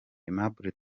aimable